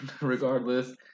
regardless